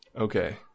okay